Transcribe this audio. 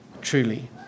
truly